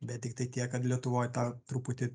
bet tiktai tiek kad lietuvoj tą truputį